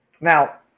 now